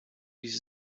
dies